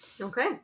okay